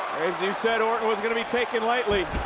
as you said, orton wasn't gonna be taken lightly.